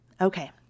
Okay